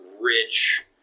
rich